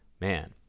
man